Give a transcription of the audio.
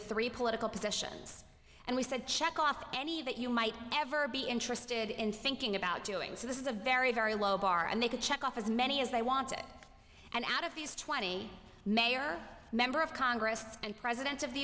three political positions and we said check off any that you might ever be interested in thinking about doing so this is a very very low bar and they could check off as many as they wanted and out of these twenty mayor member of congress and president of the